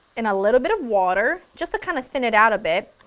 and a little bit of water, just to kind of thin it out a bit,